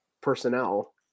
personnel